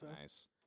Nice